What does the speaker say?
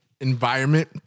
environment